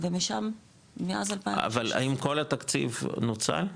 ומשם --- אבל האם כל התקציב נוצל?